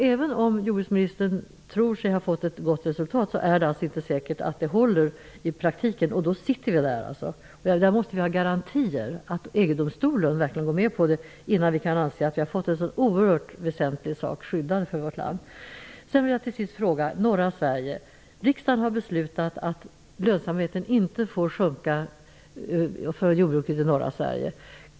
Även om jordbruksministern tror sig ha fått ett gott resultat, är det alltså inte säkert att det kommer att hålla i praktiken. Därför måste vi ha garantier för att EG-domstolen verkligen går med på detta, innan vi kan vara säkra på att vi har fått detta för för vårt land så oerhört väsentliga skydd. Till sist vill jag ställa en fråga om norra Sverige. Riksdagen har beslutat att lönsamheten för jordbruket i norra Sverige inte får minska.